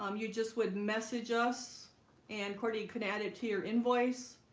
um you just would message us and kourtney can add it to your invoice